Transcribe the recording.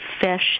fish